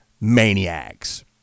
maniacs